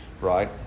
right